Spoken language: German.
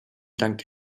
dank